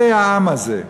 קודם כול מי זה העם הזה,